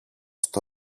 στο